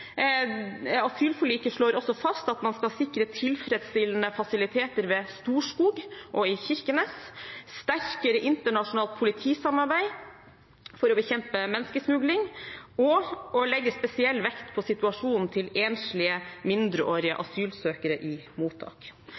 Asylforliket slår også fast at man skal sikre tilfredsstillende fasiliteter ved Storskog og i Kirkenes, sterkere internasjonalt politisamarbeid for å bekjempe menneskesmugling og å legge spesiell vekt på situasjonen til enslige mindreårige asylsøkere i mottak.